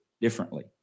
differently